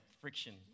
friction